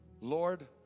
Lord